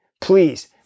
please